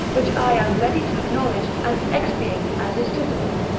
which i am ready to acknowledge and to expiate as is suitable.